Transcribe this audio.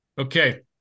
Okay